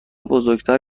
بزرگتر